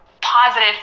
positive